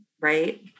Right